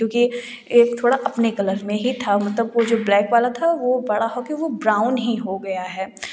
क्योंकि एक थोड़ा अपने कलर में ही था मतलब वह जो ब्लैक वाला था वह बड़ा होकर वह ब्राउन ही हो गया है